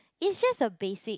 is just a basic